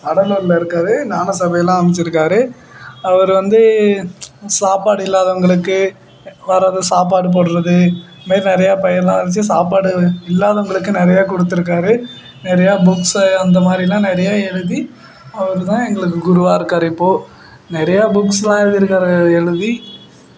வடலூரில் இருக்கார் ஞான சபையெல்லாம் அமைச்சிருக்காரு அவர் வந்து சாப்பாடு இல்லாதவர்களுக்கு வரது சாப்பாடு போடுறது இது மாதிரி நிறையா பயிரெலாம் விளச்சு சாப்பாடு இல்லாதவர்களுக்கு நிறையா கொடுத்துருக்காரு நிறையா புக்ஸு அந்த மாதிரில்லாம் நிறையா எழுதி அவர் தான் எங்களுக்கு குருவாக இருக்கார் இப்போது நிறையா புக்ஸெலாம் எழுதிருக்காரு எழுதி